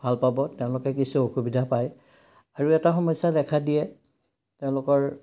ভাল পাব তেওঁলোকে কিছু অসুবিধা পায় আৰু এটা সমস্যা দেখা দিয়ে তেওঁলোকৰ